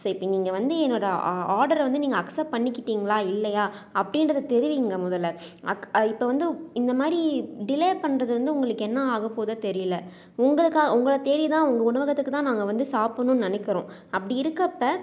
so இப்போ நீங்கள் வந்து என்னோட ஆ ஆர்டரை வந்து அக்செப்ட் பண்ணிக்கிட்டீங்களா இல்லையா அப்படீன்றது தெரிவிங்க முதலில் அக் இப்போ வந்து இந்தமாதிரி டிலே பண்றது வந்து உங்களுக்கு என்ன ஆகப் போகுதோ தெரியலை உங்களுக்காக உங்களைத் தேடி தான் உங்கள் உணவகத்துக்குதான் நாங்கள் வந்து சாப்பிட்ணும் நினைக்கிறோம் அப்படி இருக்கப்போ